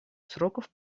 сроков